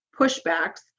pushbacks